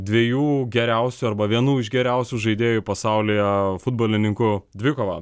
dviejų geriausių arba vienų iš geriausių žaidėjų pasaulyje futbolininkų dvikova